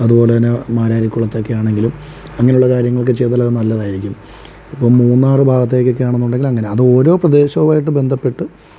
അതുപോലെ തന്നെ മാരാരികുളത്തൊക്കെ ആണെങ്കിലും അങ്ങനെയുള്ള കാര്യങ്ങളൊക്കെ ചെയ്താൽ അതു നല്ലതായിരിക്കും ഇപ്പോൾ മൂന്നാറു ഭാഗത്തേകൊക്കെ ആണെന്നുണ്ടെങ്കിൽ അങ്ങനെ അത് ഓരോ പ്രദേശവും ആയി ബന്ധപെട്ട്